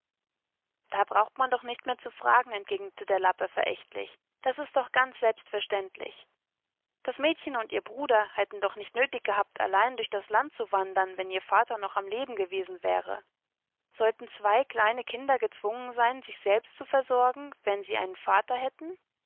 da braucht man doch nicht mehr zu fragen entgegnete der lappe verächtlich das ist doch ganz selbstverständlich das mädchen und ihr bruder hätten doch nicht nötig gehabt allein durch das land zu wandern wenn ihr vater noch am leben gewesen wäre sollten zwei kleine kinder gezwungen sein sich selbst zu versorgen wenn sie einen vater hätten